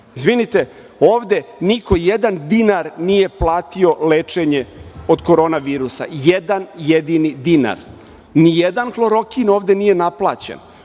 ovde. Izvinite, ovde niko jedan dinar nije platio lečenje od Korona virusa, jedan jedini dinar. Nijedan hlorokin ovde nije naplaćen.